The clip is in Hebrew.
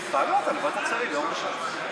אז תעלה אותה לוועדת השרים ביום ראשון.